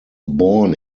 born